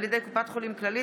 על ידי קופת חולים כללית.